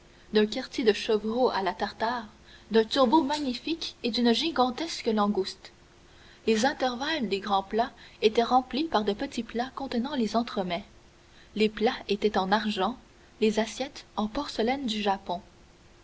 d'un quartier de chevreau à la tartare d'un turbot magnifique et d'une gigantesque langouste les intervalles des grands plats étaient remplis par de petits plats contenant les entremets les plats étaient en argent les assiettes en porcelaine du japon